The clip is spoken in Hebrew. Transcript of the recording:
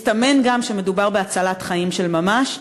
מסתמן גם שמדובר בהצלת חיים של ממש.